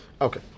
Okay